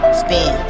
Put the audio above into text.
spin